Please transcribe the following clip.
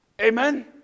Amen